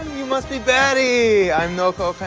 you must be betty. i'm noho